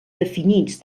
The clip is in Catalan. definits